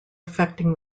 affecting